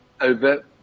over –